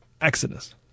Exodus